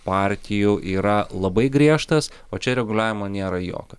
partijų yra labai griežtas o čia reguliavimo nėra jokio